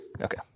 Okay